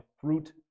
fruit